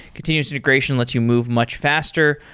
continuous integration lets you move much faster,